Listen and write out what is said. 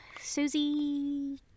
Susie